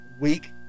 week